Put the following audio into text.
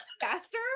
faster